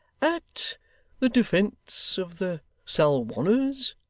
at the defence of the salwanners,